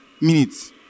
minutes